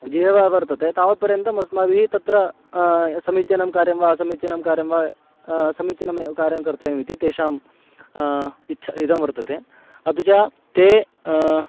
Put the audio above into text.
जीवः वर्तते तावत्पर्यन्तम् अस्माभिः तत्र समीचीनं कार्यं वा असमीचीनं कार्यं वा समीचीनमेव कार्यं कर्तव्यमिति तेषाम् इच्छा इदं वर्तते अपि च ते